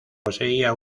poseía